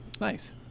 Nice